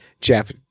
Jeff